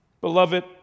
Beloved